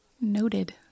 Noted